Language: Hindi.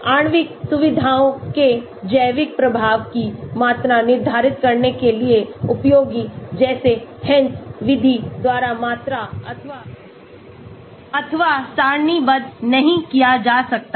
आणविक सुविधाओं के जैविक प्रभाव की मात्रा निर्धारित करने के लिए उपयोगी जिसे Hansch विधि द्वारा मात्रा अथवा सारणीबद्ध नहीं किया जा सकता है